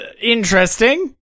interesting